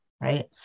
right